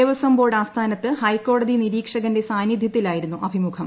Devaswom board ആസ്ഥാനത്ത് ഹൈക്കോടതി നിരീക്ഷകന്റെ സാന്നിധൃത്തിലായിരുന്നു അഭിമുഖം